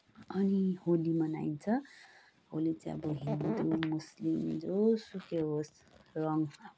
अनि होली मनाइन्छ होली चाहिँ अब हिन्दु मुस्लिम जोसुकै होस् रङ अब